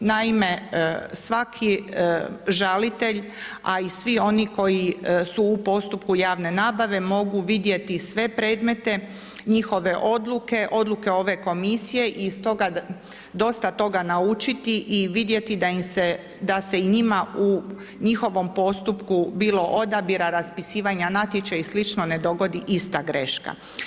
Naime, svaki žalitelj a i svi oni koji su u postupku javne nabave mogu vidjeti sve predmete, njihove odluke, odluke ove komisije i dosta toga naučiti i vidjeti da se i njima u njihovom postupku bilo odabira, raspisivanja natječaja i slično, ne dogodi ista greška.